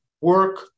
work